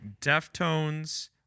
Deftones